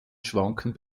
schwanken